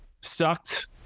sucked